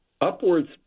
upwards